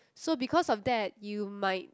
so because of that you might